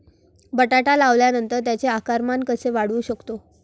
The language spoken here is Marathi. बटाटा लावल्यानंतर त्याचे आकारमान कसे वाढवू शकतो?